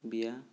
বিয়া